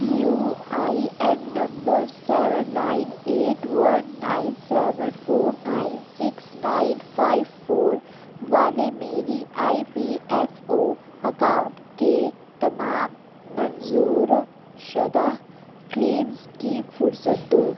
you I N number seven nine eight one nine seven four nine six nine five four والے میری I P F O account کے تمام منظور شدہ claims کی فرصت دو